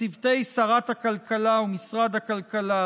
לצוותי שרת הכלכלה ומשרד הכלכלה,